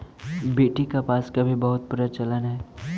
BT कपास के अभी बहुत प्रचलन हई